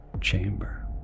Chamber